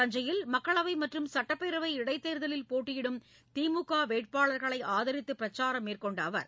தஞ்சையில் மக்களவை மற்றும் சுட்டப்பேரவை இடைத் தேர்தலில் போட்டியிடும் திமுக வேட்பாளர்களை ஆதரித்து பிரச்சாரம் மேற்கொண்ட அவர்